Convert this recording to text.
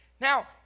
now